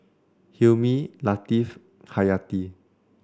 Hilmi Latif Haryati